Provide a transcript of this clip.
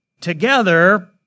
together